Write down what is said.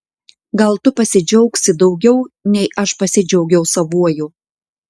gal tu pasidžiaugsi daugiau nei aš pasidžiaugiau savuoju